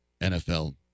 NFL